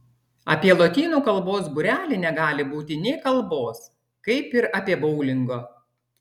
apie lotynų kalbos būrelį negali būti nė kalbos kaip ir apie boulingo